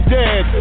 dead